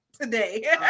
today